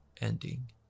ending